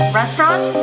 restaurant